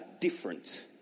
different